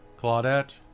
Claudette